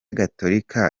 gatorika